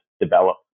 develop